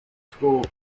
school